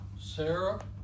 Sarah